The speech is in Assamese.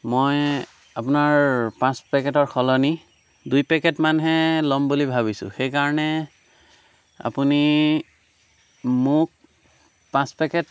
মই আপোনাৰ পাঁচ পেকেটৰ সলনি দুই পেকেট মানহে ল'ম বুলি ভাবিছোঁ সেইকাৰণে আপুনি মোক পাঁচ পেকেট